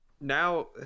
now